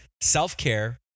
self-care